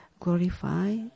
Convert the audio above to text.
Glorify